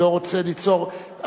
אתה לא צריך לעלות,